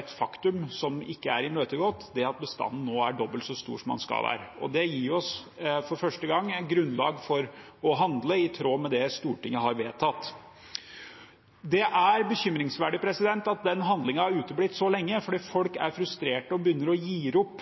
et faktum, som ikke er imøtegått, at bestanden nå er dobbelt så stor som den skal være. Det gir oss for første gang grunnlag for å handle i tråd med det Stortinget har vedtatt. Det er bekymringsverdig at denne handlingen har uteblitt så lenge,